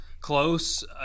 close